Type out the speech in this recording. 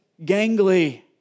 gangly